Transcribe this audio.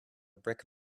brick